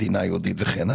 מדינה יהודית וכן הלאה.